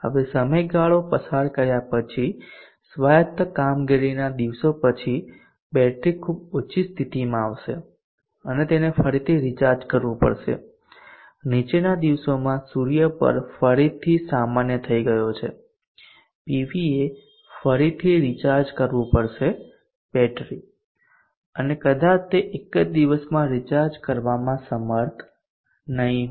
હવે સમયગાળો પસાર કર્યા પછી સ્વાયત્ત કામગીરીના દિવસો પછી બેટરી ખૂબ ઓછી સ્થિતિમાં આવશે અને તેને ફરીથી રિચાર્જ કરવું પડશે નીચેના દિવસોમાં સૂર્ય પર ફરીથી સામાન્ય થઈ ગયો છે પીવીએ ફરીથી રિચાર્જ કરવું પડશે બેટરી અને કદાચ તે એક જ દિવસમાં રિચાર્જ કરવામાં સમર્થ નહીં હોય